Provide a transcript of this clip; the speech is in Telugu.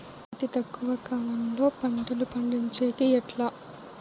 అతి తక్కువ కాలంలో పంటలు పండించేకి ఎట్లా?